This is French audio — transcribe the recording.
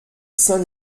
saint